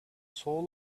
soul